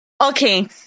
Okay